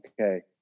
okay